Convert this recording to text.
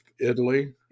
Italy